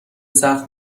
سخت